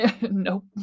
nope